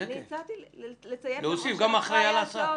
אני הצעתי לציין גם: או של אחראי על ההסעות,